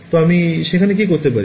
তো আমি সেখানে কি করতে পারি